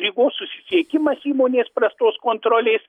rygos susisiekimas įmonės prastos kontrolės